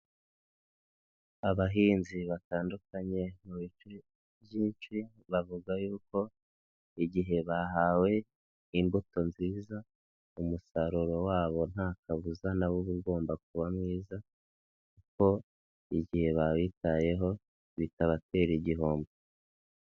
Abahinzi batandukanye mubice byinshi bavuga yuko igihe bahawe imbuto nziza umusaruro wabo nta kabuza na wo uba ugomba kuba mwiza kuko igihe babitayeho bitabatera igihombo.